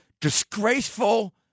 disgraceful